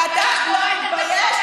ואתה לא מתבייש,